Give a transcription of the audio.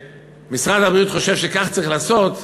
ומשרד הבריאות חושב שכך צריך לעשות,